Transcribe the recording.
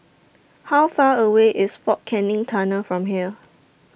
How Far away IS Fort Canning Tunnel from here